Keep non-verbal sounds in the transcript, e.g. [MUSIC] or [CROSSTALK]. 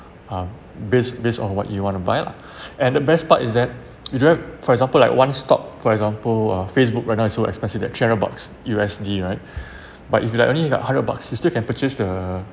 um based based on what you want to buy lah [BREATH] and the best part is that [NOISE] you don't have for example like one-stop for example uh Facebook right now is so expensive that general box U_S_D right [BREATH] but if you like only got hundred bucks you still can purchase the